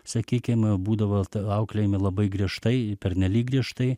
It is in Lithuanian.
sakykim būdavo auklėjami labai griežtai pernelyg griežtai